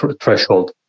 threshold